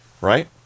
right